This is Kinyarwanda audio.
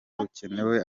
bukenewe